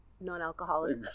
Non-alcoholic